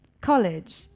college